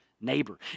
neighbor